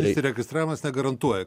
įsiregistravimas negarantuoja